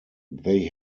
they